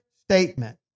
statement